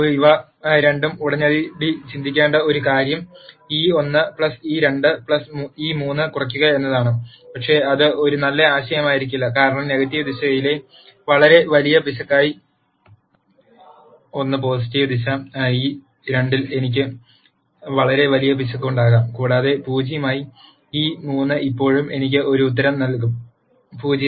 ഇവ രണ്ടും ഉടനടി ചിന്തിക്കേണ്ട ഒരു കാര്യം e1 e2 e3 കുറയ്ക്കുക എന്നതാണ് പക്ഷേ അത് ഒരു നല്ല ആശയമായിരിക്കില്ല കാരണം നെഗറ്റീവ് ദിശയിലെ വളരെ വലിയ പിശകായി ₁ പോസിറ്റീവ് ദിശ e2 ൽ എനിക്ക് വളരെ വലിയ പിശകുണ്ടാകാം കൂടാതെ 0 ആയി e3 ഇപ്പോഴും എനിക്ക് ഒരു നൽകും ഉത്തരം 0